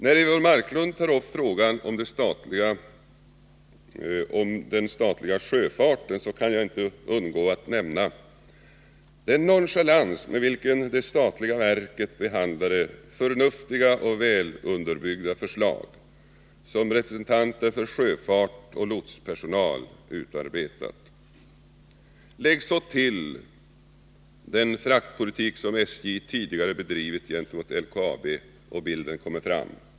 När Eivor Marklund tar upp frågan om den statliga sjöfarten kan jag inte undgå att nämna den nonchalans med vilken det statliga verket behandlade förnuftiga och väl underbyggda förslag som representanter för sjöfart och lotspersonal utarbetat. Lägg så till den fraktpolitik som SJ tidigare bedrivit gentemot LKAB, och bilden framträder.